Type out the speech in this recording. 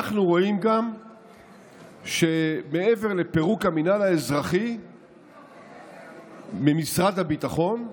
אנחנו רואים גם שמעבר לפירוק המינהל האזרחי ממשרד הביטחון,